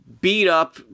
beat-up